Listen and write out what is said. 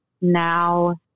now